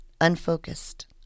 unfocused